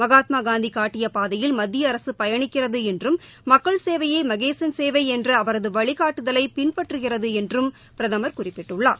மகாத்மாகாந்தி காட்டிய பாதையில் மத்திய அரசு பயணிக்கிறது என்றும் மக்கள் சேவையே மகேசன் சேவை என்ற அவரது வழிகாட்டுதலை பின்பற்றுகிறது என்றும் பிரதமர் குறிப்பிட்டுள்ளார்